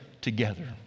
together